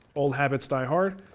old habits die hard.